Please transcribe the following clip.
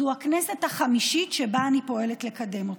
זו הכנסת החמישית שבה אני פועלת לקדם אותו.